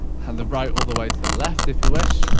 and the right all the way to the left if we wish.